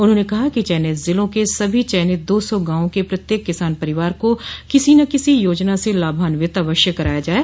उन्होंने कहा कि चयनित जिलों के सभी चयनित दो सौ गांवों के प्रत्येक किसान परिवार को किसी न किसी योजना से लाभान्वित अवश्य कराया जाये